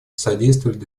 содействовали